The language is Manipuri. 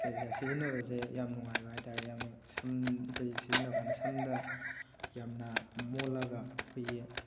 ꯁꯤꯖꯤꯟꯅꯕꯁꯦ ꯌꯥꯝ ꯅꯨꯡꯉꯥꯏꯕ ꯍꯥꯏꯇꯥꯔꯦ ꯌꯥꯝꯅ ꯁꯝ ꯑꯩꯈꯣꯏ ꯁꯤꯖꯤꯟꯅꯕ ꯀꯥꯟꯗ ꯁꯝꯗ ꯌꯥꯝꯅ ꯃꯣꯜꯂꯒ ꯑꯩꯈꯣꯏꯒꯤ